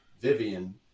vivian